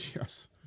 yes